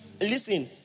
Listen